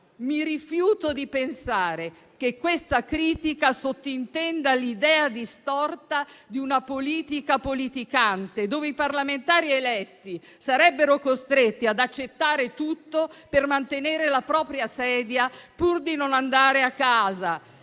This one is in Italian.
Mi rifiuto di pensare che questa critica sottintenda l'idea distorta di una politica politicante, dove i parlamentari eletti sarebbero costretti ad accettare tutto per mantenere la propria sedia, pur di non andare a casa.